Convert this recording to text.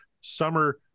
summer